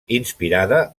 inspirada